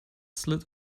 slid